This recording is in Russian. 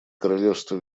королевство